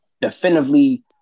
definitively